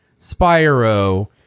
spyro